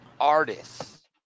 artists